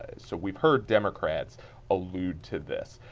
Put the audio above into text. ah so we heard democrats allude to this.